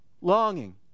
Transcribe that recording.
longing